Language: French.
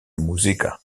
musica